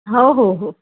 हो हो हो